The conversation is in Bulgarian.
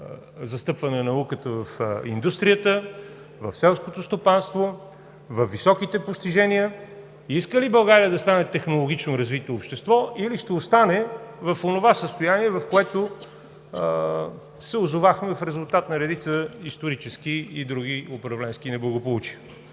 застъпване на науката в индустрията, в селското стопанство, във високите постижения, иска ли България да стане технологично развито общество, или ще остане в онова състояние, в което се озовахме в резултат на редица исторически и други управленски неблагополучия?